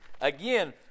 Again